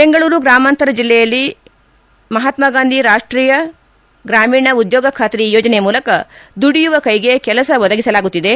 ಬೆಂಗಳೂರು ಗ್ರಾಮಾಂತರ ಜಿಲ್ಲೆಯಲ್ಲಿ ಮಹಾತ್ನಾ ಗಾಂಧಿ ರಾಷ್ಷೀಯ ಗ್ರಾಮೀಣ ಉದ್ಯೋಗ ಖಾತ್ರಿ ಯೋಜನೆ ಮೂಲಕ ದುಡಿಯುವ ಕೈಗೆ ಕೆಲಸ ಒದಗಿಸಲಾಗುತ್ತಿದೆ